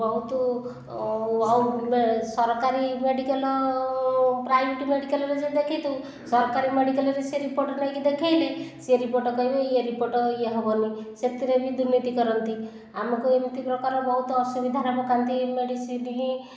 ବହୁତ ସରକାରୀ medical private ମେଡିକାଲରେ ଯଦି ଦେଖାଇଥାଉ ସରକାରୀ ମେଡିକାଲରେ ସେ ରିପୋର୍ଟ ନେଇ ଦେଖାଇଲେ ସେ ରିପୋର୍ଟ କହିବେ ଇଏ ରିପୋର୍ଟ ଇଏ ହେବନି ସେଥିରେ ବି ଦୁର୍ନୀତି କରନ୍ତି ଆମକୁ ଏମିତି ପ୍ରକାର ବହୁତ ଅସୁବିଧାରେ ପକାନ୍ତି ମେଡିସିନ